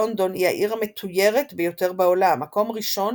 לונדון היא העיר המתוירת ביותר בעולם – מקום ראשון